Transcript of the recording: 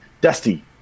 Dusty